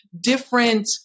different